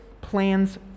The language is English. plans